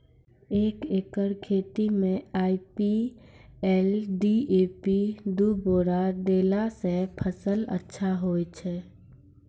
एक एकरऽ खेती मे आई.पी.एल डी.ए.पी दु बोरा देला से फ़सल अच्छा होय छै?